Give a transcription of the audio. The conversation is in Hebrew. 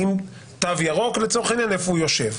תו ירוק לצורך העניין איפה הוא יושב.